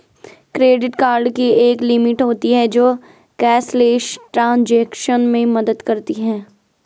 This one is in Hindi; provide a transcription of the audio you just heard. क्रेडिट कार्ड की एक लिमिट होती है जो कैशलेस ट्रांज़ैक्शन में मदद करती है